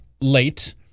late